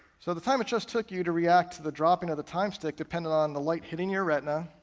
so the time it just took you to react to the dropping of the time stick depended on the light hitting your retina,